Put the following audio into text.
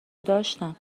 داشتم